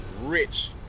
rich